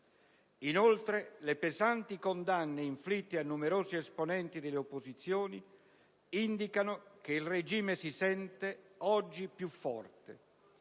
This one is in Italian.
Inoltre, le pesanti condanne inflitte a numerosi esponenti delle opposizioni indicano che il regime si sente oggi più forte.